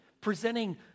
presenting